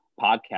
podcast